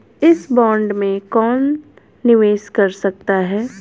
इस बॉन्ड में कौन निवेश कर सकता है?